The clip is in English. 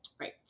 Right